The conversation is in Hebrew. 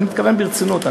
אני מתכוון ברצינות,